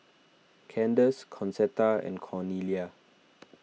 Kandace Concetta and Cornelia